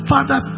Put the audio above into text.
Father